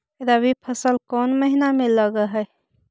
रबी फसल कोन महिना में लग है?